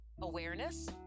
awareness